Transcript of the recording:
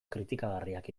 kritikagarriak